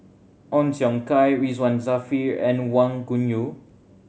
Ong Siong Kai Ridzwan Dzafir and Wang Gungwu